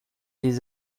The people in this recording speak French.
des